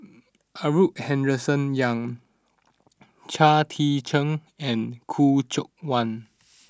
Arthur Henderson Young Chao Tzee Cheng and Khoo Seok Wan